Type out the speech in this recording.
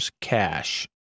cash